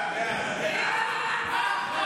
כנראה.